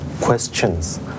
questions